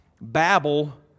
babble